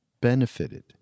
benefited